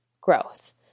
growth